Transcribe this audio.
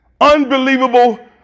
unbelievable